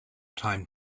time